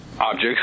objects